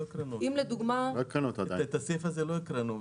את הסעיף הזה עוד לא הקראנו.